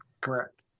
Correct